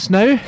now